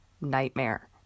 nightmare